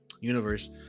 universe